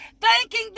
thanking